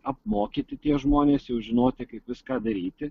apmokyti tie žmonės jau žinoti kaip viską daryti